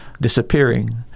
disappearing